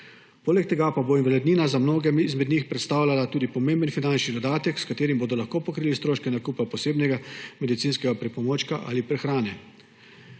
Poleg tega pa bo invalidnina za mnoge izmed njih predstavljala tudi pomemben finančni dodatek, s katerim bodo lahko pokrili stroške nakupa posebnega medicinskega pripomočka ali prehrane.